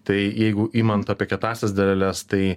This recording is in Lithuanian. tai jeigu imant apie kietąsias daleles tai